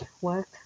work